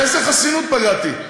באיזו חסינות פגעתי?